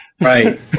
right